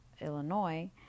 Illinois